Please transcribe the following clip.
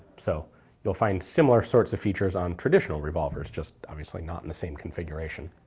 so you'll find similar sorts of features on traditional revolvers just obviously not in the same configuration.